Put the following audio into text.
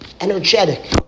Energetic